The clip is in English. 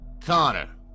Connor